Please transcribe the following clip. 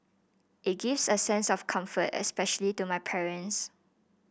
it gives a sense of comfort especially to my parents